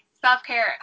self-care